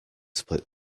split